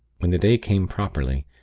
when the day came properly,